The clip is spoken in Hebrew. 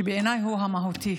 שבעיניי הוא המהותי,